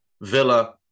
Villa